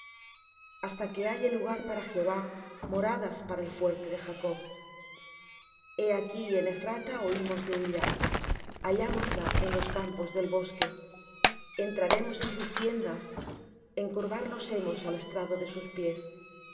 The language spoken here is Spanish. hasta que halle lugar para jehová moradas para el fuerte de jacob he aquí en ephrata oímos de ella hallamósla en los campos del bosque entraremos en sus tiendas encorvarnos hemos al estrado de sus pies